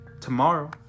tomorrow